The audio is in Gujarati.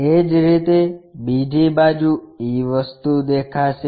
એ જ રીતે બીજી બાજુ e વસ્તુ દેખાશે